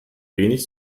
wenig